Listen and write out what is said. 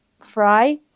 Fry